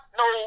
no